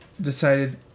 decided